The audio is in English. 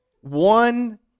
One